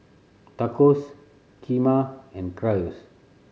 Tacos Kheema and Gyros